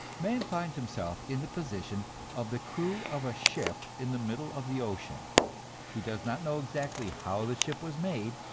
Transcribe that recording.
man finds himself in the position of the crew of a ship in the middle of the ocean he does not know exactly how the ship was made,